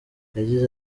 yagize